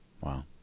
wow